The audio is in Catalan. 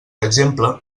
exemple